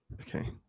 Okay